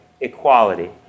equality